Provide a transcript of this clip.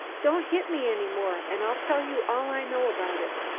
don't hit me any more an' i'll tell you all i know about it.